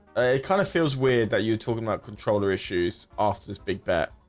it kind of feels weird that you talking about controller issues after this big fat